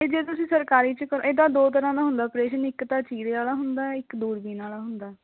ਅਤੇ ਜੇ ਤੁਸੀਂ ਸਰਕਾਰੀ 'ਚ ਇਹ ਤਾਂ ਦੋ ਤਰ੍ਹਾਂ ਦਾ ਹੁੰਦਾ ਓਪਰੇਸ਼ਨ ਇੱਕ ਤਾਂ ਚੀਰੇ ਵਾਲਾ ਹੁੰਦਾ ਇੱਕ ਦੂਰਬੀਨ ਵਾਲਾ ਹੁੰਦਾ